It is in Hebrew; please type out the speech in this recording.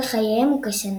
אורך חייהם הוא כשנה.